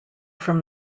from